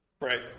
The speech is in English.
Right